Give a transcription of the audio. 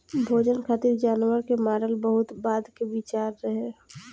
भोजन खातिर जानवर के मारल बहुत बाद के विचार रहे